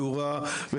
תאורה,